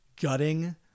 gutting